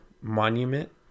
monument